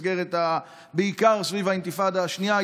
בעיקר סביב האינתיפאדה השנייה,